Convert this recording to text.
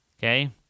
Okay